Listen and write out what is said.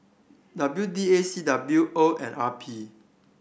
W D A C W O and R P